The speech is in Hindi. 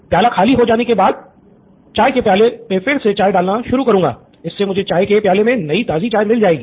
प्याला खाली हो जाने के बाद चाय के प्याले मे फिर से चाय डालना शुरू करुंगा इससे मुझे चाय के प्याली मे नई ताज़ी चाय मिल जाएगी